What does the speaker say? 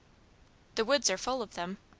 the woods are full of them.